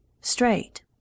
straight